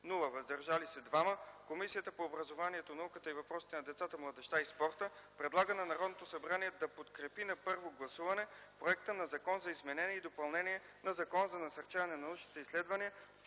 „въздържали се” - 2, Комисията по образованието, науката и въпросите на децата, младежта и спорта предлага на Народното събрание да подкрепи на първо гласуване Законопроект за изменение и допълнение на Закона за насърчаване на научните изследвания,